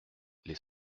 les